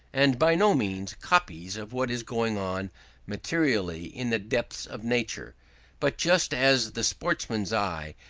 and by no means copies of what is going on materially in the depths of nature but just as the sportsman's eye,